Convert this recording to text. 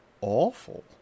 awful